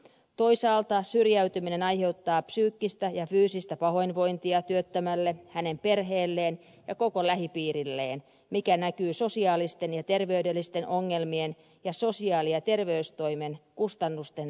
toisaalta syrjäytyminen aiheuttaa psyykkistä ja fyysistä pahoinvointia työttömälle hänen perheelleen ja koko lähipiirilleen mikä näkyy sosiaalisten ja terveydellisten ongelmien ja sosiaali ja terveystoimen kustannusten lisääntymisenä